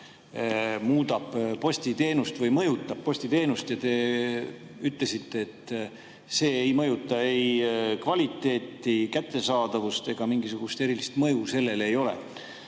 10%-line tõstmine mõjutab postiteenust. Te ütlesite, et see ei mõjuta ei kvaliteeti ega kättesaadavust ja mingisugust erilist mõju sellel ei ole.